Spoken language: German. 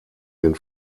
den